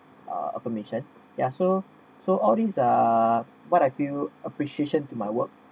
uh affirmation ya so so all these are what I feel appreciation to my work